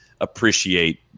appreciate